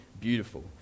beautiful